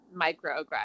microaggressions